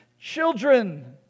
children